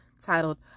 titled